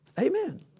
Amen